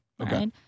Okay